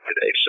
today